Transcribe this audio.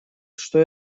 что